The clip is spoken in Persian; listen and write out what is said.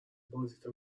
بازیتو